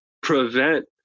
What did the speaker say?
prevent